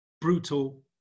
brutal